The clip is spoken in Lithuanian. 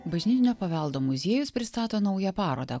bažnytinio paveldo muziejus pristato naują parodą